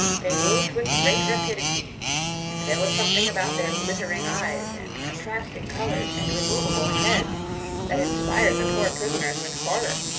they moved with great rapidity and there was something about their glittering eyes and contrasting colors and removable heads that inspired the poor prisoners with horror,